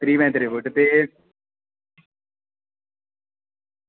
एह् रेट ते एह्